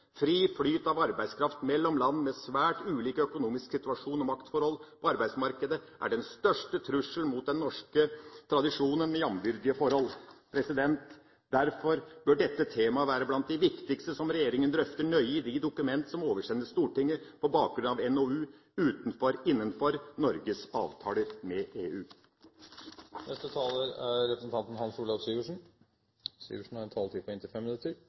Fri flyt av arbeidskraft mellom land med svært ulik økonomisk situasjon og maktforhold på arbeidsmarkedet er den største trusselen mot den norske tradisjonen med jambyrdige forhold. Derfor bør dette temaet være blant de viktigste som regjeringa drøfter nøye i de dokument som oversendes Stortinget på bakgrunn av NOU, utenfor og innenfor Norges avtaler med EU.